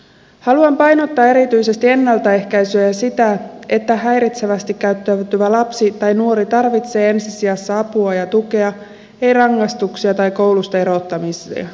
haluan painottaa erityisesti ennaltaehkäisyä ja sitä että häiritsevästi käyttäytyvä lapsi tai nuori tarvitsee ensi sijassa apua ja tukea ei rangaistuksia tai koulusta erottamista